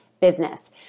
business